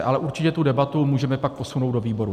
Ale určitě tu debatu můžeme pak posunout do výborů.